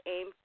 Aim